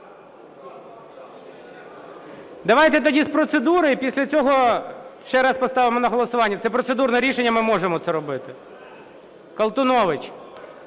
Давайте тоді з процедури і після цього ще раз поставимо на голосування. Це процедурне рішення, ми можемо це робити. Колтунович.